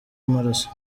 amaraso